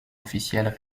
officiel